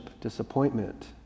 disappointment